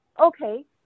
okay